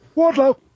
Wardlow